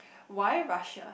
why Russia